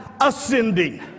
ascending